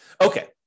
Okay